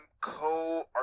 co